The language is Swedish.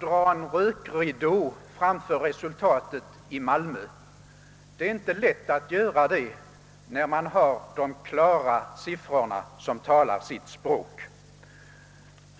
dra en rökridå framför valresultatet i Malmö. Det är inte lätt att göra det, när man har klara siffror som talar sitt eget språk.